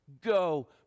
Go